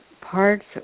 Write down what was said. parts